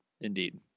Indeed